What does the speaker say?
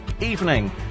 evening